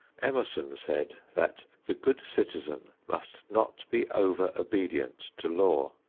emerson said that the good citizen must not be over-obedient to law.